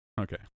Okay